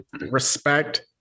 respect